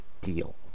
deal